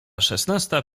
szesnasta